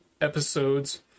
episodes